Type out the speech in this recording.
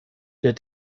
der